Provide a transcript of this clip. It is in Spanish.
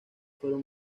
fueron